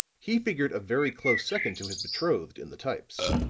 he figured a very close second to his betrothed in the types.